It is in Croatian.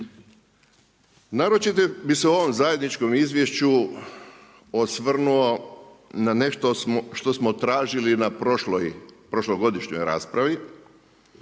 Naročito bi se o ovom zajedničkom izvješću osvrnuo na nešto što smo tražili na prošlogodišnjoj raspravi,